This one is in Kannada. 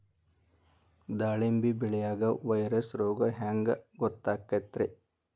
ದಾಳಿಂಬಿ ಬೆಳಿಯಾಗ ವೈರಸ್ ರೋಗ ಹ್ಯಾಂಗ ಗೊತ್ತಾಕ್ಕತ್ರೇ?